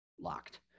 locked